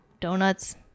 Donuts